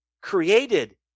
created